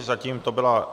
Zatím to byla...